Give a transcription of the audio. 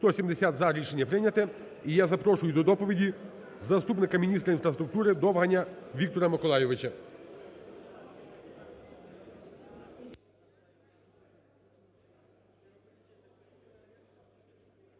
За-170 Рішення прийняте. І я запрошую до доповіді заступника міністра інфраструктури Довганя Віктора Миколайовича.